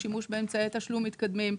לשימוש באמצעי תשלום מתקדמים.